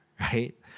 right